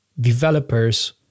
developers